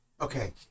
Okay